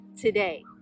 today